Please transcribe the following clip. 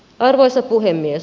arvoisa puhemies